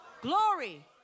Glory